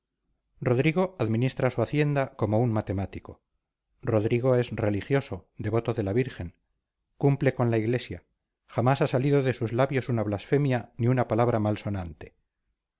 rodrigo administra su hacienda como un matemático rodrigo es religioso devoto de la virgen cumple con la iglesia jamás ha salido de sus labios una blasfemia ni una palabra mal sonante